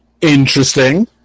Interesting